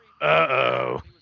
Uh-oh